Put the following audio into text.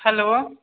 hello